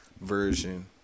version